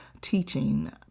teaching